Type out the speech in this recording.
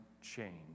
change